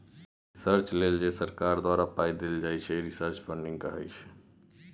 research लेल जे सरकार द्वारा पाइ देल जाइ छै रिसर्च फंडिंग कहाइ छै